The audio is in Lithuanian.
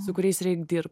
su kuriais reik dirbt